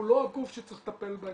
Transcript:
הוא לא הגוף שצריך לטפל בעניין.